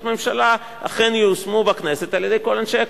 ממשלה אכן ייושמו בכנסת על-ידי כל אנשי הקואליציה.